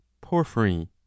Porphyry